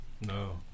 No